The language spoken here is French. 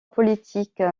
politique